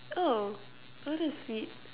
oh what a sweet